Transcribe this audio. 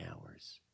hours